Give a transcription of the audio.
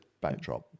backdrop